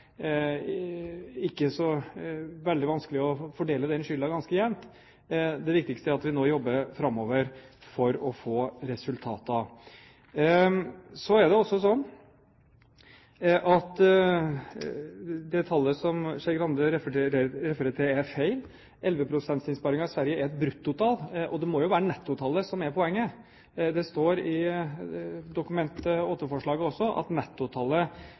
at vi nå jobber framover for å få resultater. Så er det også sånn at det tallet som Skei Grande refererer til, er feil. 11 pst.-innsparingen i Sverige er et bruttotall, og det må jo være nettotallet som er poenget. Det står i Dokument 8-forslaget også at nettotallet